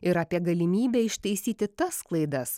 ir apie galimybę ištaisyti tas klaidas